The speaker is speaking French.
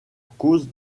cause